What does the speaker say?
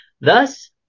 Thus